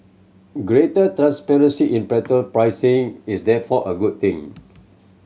greater transparency in petrol pricing is therefore a good thing